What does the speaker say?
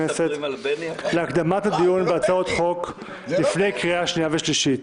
הכנסת להקדמת הדיון בהצעות החוק לפני קריאה שנייה ושלישית.